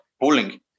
pulling